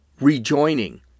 rejoining